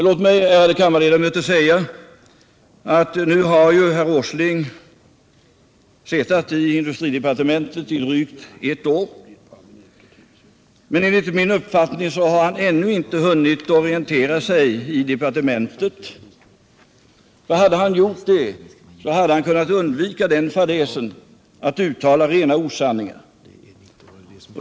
Låt mig, ärade kammarledamöter, säga att nu har herr Åsling Suttit i industridepartementet i drygt ett år, men enligt min uppfattning har han ännu inte hunnit orientera sig i departementet. Om han hade gjort det, hade han kunnat undvika den fadäsen att uttala rena osanningar.